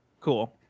Cool